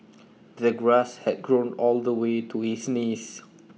the grass had grown all the way to his knees